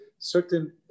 certain